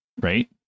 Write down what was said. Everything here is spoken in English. Right